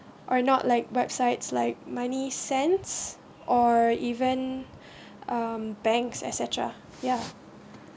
or not like websites like money sense or even um banks etcetera ya